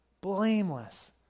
blameless